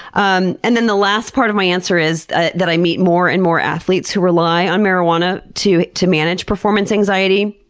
um and then the last part of my answer is that i meet more and more athletes who rely on marijuana to to manage performance anxiety.